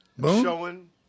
showing